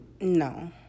no